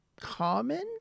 common